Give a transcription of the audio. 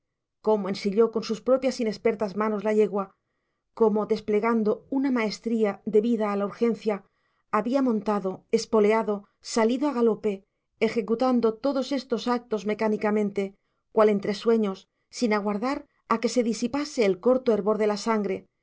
el equipaje cómo ensilló con sus propias inexpertas manos la yegua cómo desplegando una maestría debida a la urgencia había montado espoleado salido a galope ejecutando todos estos actos mecánicamente cual entre sueños sin aguardar a que se disipase el corto hervor de la sangre